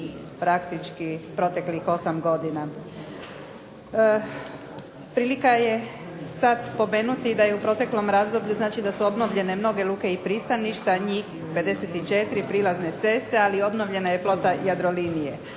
praktički proteklih 8 godina. Prilika je sada spomenuti da su u proteklom razdoblju obnovljene mnoge luke i pristaništa, njih 54 prilazne ceste, ali obnovljeno je flota Jadrolinije.